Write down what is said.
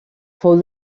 fou